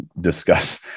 discuss